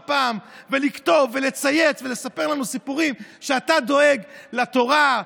פעם ולכתוב ולצייץ ולספר לנו סיפורים שאתה דואג לתורה,